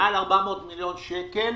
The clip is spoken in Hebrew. מעל 400 מיליון שקל